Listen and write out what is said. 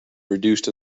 reduced